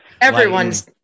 Everyone's